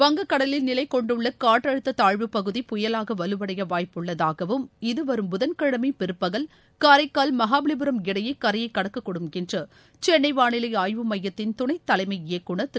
வங்கக்கடலில் நிலைகொண்டுள்ள காற்றழுத்த தாழ்வுப் பகுதி புயலாக வலுவடைய வாய்ப்புள்ளதாகவும் இது வரும் புதன்கிழமை பிற்பகல் காரைக்கால் மகாபலிபரம் இடையே கரையை கடக்கக்கூடும் என்று சென்னை வானிலை ஆய்வு மையத்தின் துணைத் தலைமை இயக்குநர் திரு